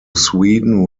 sweden